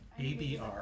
ABR